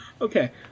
Okay